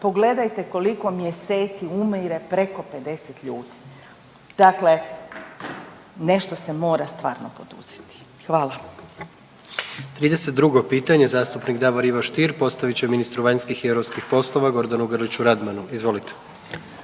pogledajte koliko mjeseci umire preko 50 ljudi. Dakle, nešto se mora stvarno poduzeti. Hvala. **Jandroković, Gordan (HDZ)** 32. pitanje zastupnik Davor Ivo Stier postavit će ministru vanjskih i europskih poslova Gordanu Grliću Radmanu, izvolite.